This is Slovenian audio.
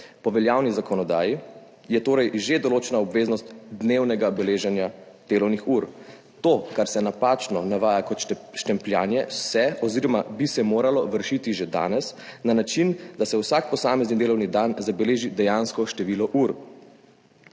Po veljavni zakonodaji je torej že določena obveznost dnevnega beleženja delovnih ur. To, kar se napačno navaja kot štempljanje, se oziroma bi se moralo vršiti že danes, na način, da se za vsak posamezni delovni dan zabeleži dejansko število ur,